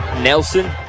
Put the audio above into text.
Nelson